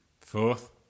Fourth